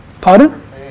Pardon